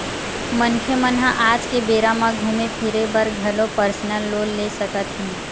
मनखे मन ह आज के बेरा म घूमे फिरे बर घलो परसनल लोन ले सकत हे